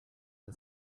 the